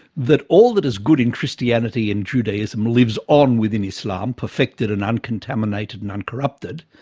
that all that is good in christianity and judaism lives on within islam, perfected and uncontaminated and uncorrupted.